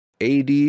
AD